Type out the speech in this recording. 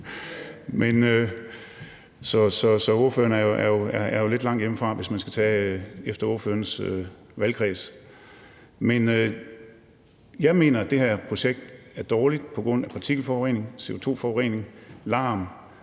så ordføreren er lidt langt væk hjemmefra, hvis man skal tage efter ordførerens valgkreds. Men jeg mener, at det her projekt er dårligt på grund af partikelforurening, CO2-forurening, larm,